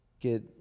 get